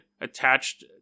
attached